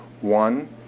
One